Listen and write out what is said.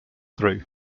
through